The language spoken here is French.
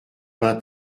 vingt